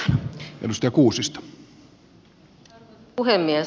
arvoisa puhemies